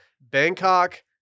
Bangkok –